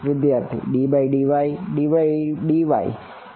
વિદ્યાર્થી ddy ddy